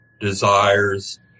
desires